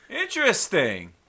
Interesting